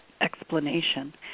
explanation